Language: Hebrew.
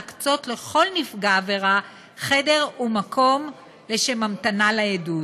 להקצות לכל נפגע עבירה חדר או מקום לשם המתנה לעדות.